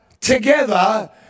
together